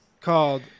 called